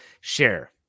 share